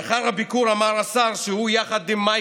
לאחר הביקור אמר השר שהוא מקדם יחד עם מאי